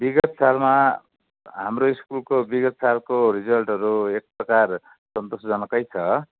विगत सालमा हाम्रो स्कुलको विगत सालको रिजल्टहरू एक प्रकार सन्तोषजनक छ